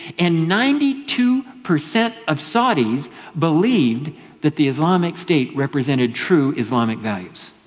and ninety two percent of saudis believed that the islamic state represented true islamic values.